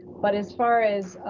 but as far as,